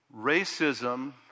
racism